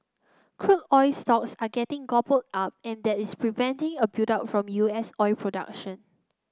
crude oil stocks are getting gobbled up and that is preventing a buildup from U S oil production